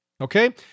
okay